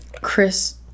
Chris